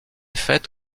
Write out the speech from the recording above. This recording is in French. faite